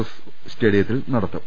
S സ്റ്റേഡിയത്തിൽ നടക്കും